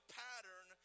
pattern